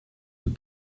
and